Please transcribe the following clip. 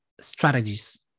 strategies